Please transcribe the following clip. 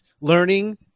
learning